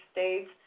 States